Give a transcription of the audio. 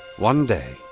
one day,